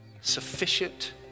sufficient